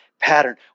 pattern